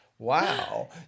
wow